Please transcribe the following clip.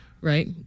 right